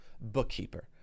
bookkeeper